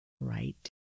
right